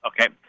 Okay